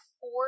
four